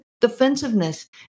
defensiveness